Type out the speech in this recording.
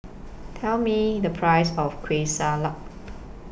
Tell Me The Price of Kueh Salat